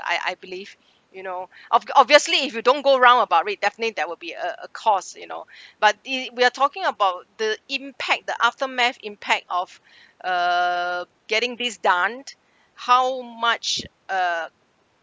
I I believe you know obv~ obviously if you don't go round about it definitely that would be a a cost you know but it we're talking about the impact the aftermath impact of uh getting these done how much uh